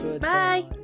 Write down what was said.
Bye